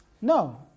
No